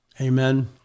Amen